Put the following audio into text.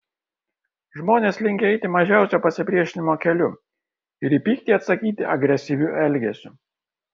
žmonės linkę eiti mažiausio pasipriešinimo keliu ir į pyktį atsakyti agresyviu elgesiu